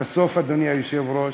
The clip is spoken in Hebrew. לבסוף, אדוני היושב-ראש,